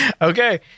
Okay